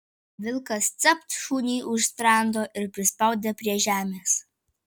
vilkas capt šuniui už sprando ir prispaudė prie žemės